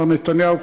מר נתניהו,